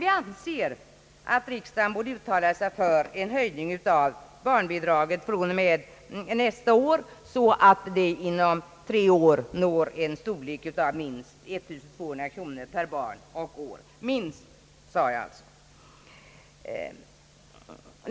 Vi anser dock att riksdagen borde uttala sig för en höjning av barnbidragen fr.o.m. nästa år, så att de inom tre år når en storlek av minst 1 200 kronor per barn och år.